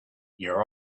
your